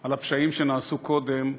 על הפשעים שנעשו קודם,